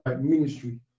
ministry